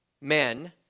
men